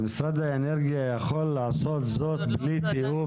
אז משרד האנרגיה יכול לעשות זאת בלי תיאום,